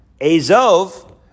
Azov